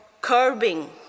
curbing